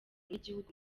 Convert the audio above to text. n’igihugu